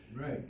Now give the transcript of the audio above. Right